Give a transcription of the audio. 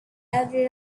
every